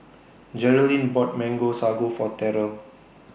Jerrilyn bought Mango Sago For Terell